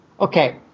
Okay